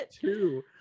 Two